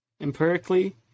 empirically